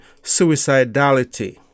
suicidality